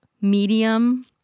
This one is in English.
medium